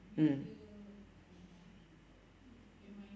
mm